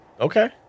Okay